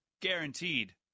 Guaranteed